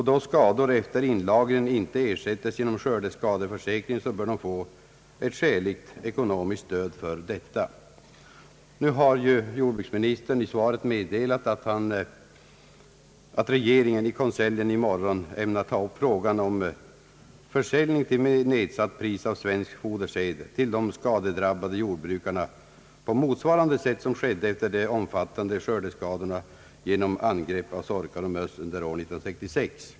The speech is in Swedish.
Då skador efter inlagringen inte ersättes genom <skördeskadeförsäkringen bör djurägarna få ett skäligt ekonomiskt stöd för detta. Nu har ju jordbruksministern i svaret meddelat, att regeringen i konseljen i morgon ämnar ta upp frågan om försäljning av svensk fodersäd till nedsatt pris till de skadedrabbade jordbrukarna på motsvarande sätt som skedde efter de omfattande skördeskadorna genom angrepp av sorkar och möss under år 1966.